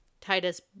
Titus